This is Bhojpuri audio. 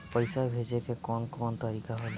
पइसा भेजे के कौन कोन तरीका होला?